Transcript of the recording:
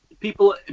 People